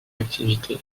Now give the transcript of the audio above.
activité